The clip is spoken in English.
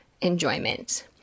enjoyment